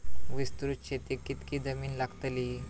विस्तृत शेतीक कितकी जमीन लागतली?